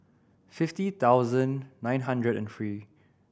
fifty thousand nine hundred and three